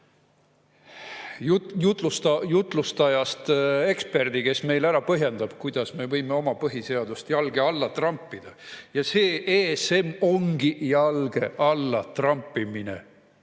jutlustajast eksperdi, kes meile ära põhjendab, kuidas me võime oma põhiseadust jalge alla trampida. Ja see ESM ongi jalge alla trampimine.